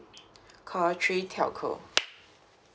call three telco